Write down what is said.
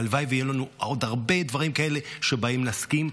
והלוואי ויהיו לנו עוד הרבה דברים כאלה שבהם נסכים,